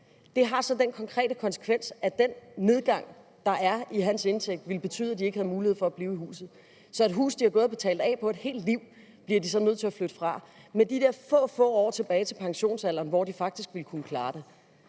Det har så den konkrete konsekvens, at den nedgang, der er i hans indtægt, vil betyde, at de ikke har mulighed for at blive i huset. Så det hus, de har gået og betalt af på igennem et helt liv, bliver de nødt til at flytte fra med få, få år tilbage til pensionsalderen, hvor de faktisk ville kunne klare det.